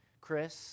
Chris